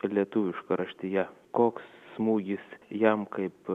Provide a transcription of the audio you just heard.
lietuviška raštija koks smūgis jam kaip